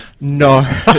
No